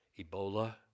Ebola